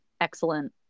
excellent